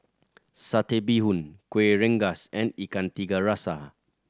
Satay Bee Hoon Kueh Rengas and Ikan Tiga Rasa